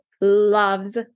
loves